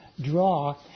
draw